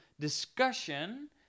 discussion